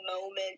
moment